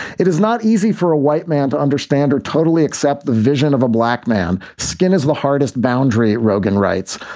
it is not easy for a white man to understand or totally accept the vision of a black man. skin is the hardest boundary, rogan writes.